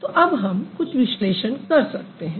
तो अब हम कुछ विश्लेषण कर सकते हैं